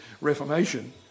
Reformation